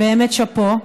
באמת שאפו,